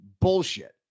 bullshit